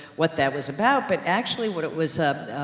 what that was about, but actually what it was, ah,